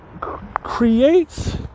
creates